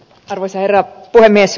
arvoisa herra puhemies